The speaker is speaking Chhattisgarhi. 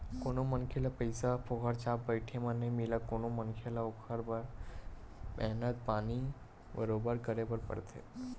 कोनो मनखे ल पइसा ह फोकट छाप बइठे म नइ मिलय कोनो मनखे ल ओखर बर मेहनत पानी बरोबर करे बर परथे